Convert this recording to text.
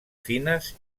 fines